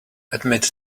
admit